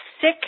sick